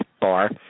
bar